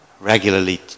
regularly